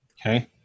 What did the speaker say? Okay